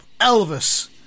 Elvis